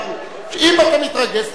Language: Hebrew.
אם אתה מתרגז, תצא.